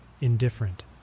indifferent